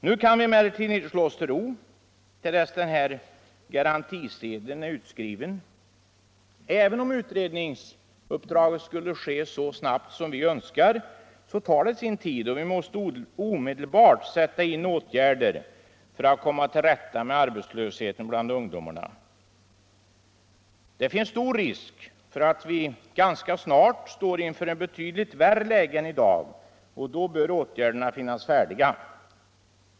Nu kan vi emellertid inte slå oss till ro till dess den här garantisedeln är utskriven. Även om utredningsarbetet sker så snabbt som vi önskar tar det en tid, och vi måste omedelbart sätta in åtgärder för att komma till rätta med arbetslösheten bland ungdomarna. Det finns ju stor risk för att vi ganska snart står inför ett betydligt värre läge än i dag, och då bör åtgärderna finnas färdiga.